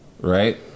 right